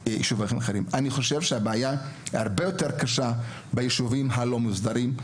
אני חושב שהבעיה היא הרבה יותר קשה בישובים הלא מוסדרים,